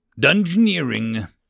Dungeoneering